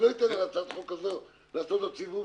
לא אתן להצעת החוק הזאת לעשות עוד סיבוב